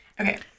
Okay